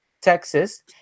Texas